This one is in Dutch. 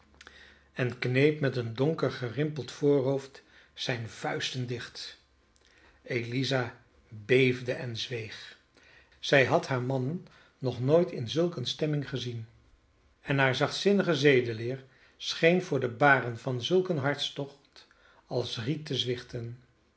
en kneep met een donker gerimpeld voorhoofd zijn vuisten dicht eliza beefde en zweeg zij had haar man nog nooit in zulk eene stemming gezien en hare zachtzinnige zedenleer scheen voor de baren van zulk een hartstocht als riet